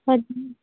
ਹਾਂਜੀ